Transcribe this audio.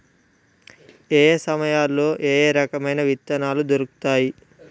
ఏయే సమయాల్లో ఏయే రకమైన విత్తనాలు దొరుకుతాయి?